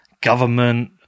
Government